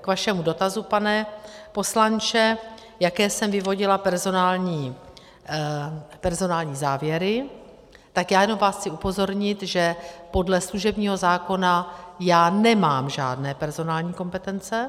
K vašemu dotazu, pane poslanče, jaké jsem vyvodila personální závěry, tak jenom vás chci upozornit, že podle služebního zákona já nemám žádné personální kompetence.